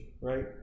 right